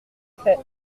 fait